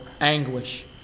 anguish